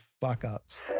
Fuck-Ups